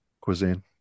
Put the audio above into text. cuisine